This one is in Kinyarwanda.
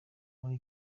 muri